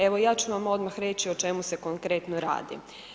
Evo, ja ću vam odmah reći o čemu se konkretno radi.